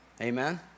Amen